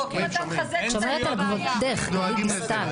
אין קריאות.